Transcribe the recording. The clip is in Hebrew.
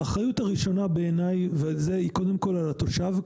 האחריות הראשונה, בעיניי, היא קודם כל על התושב.